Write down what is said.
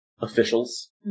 officials